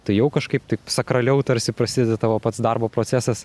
tai jau kažkaip taip sakraliau tarsi prasideda tavo pats darbo procesas